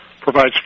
provides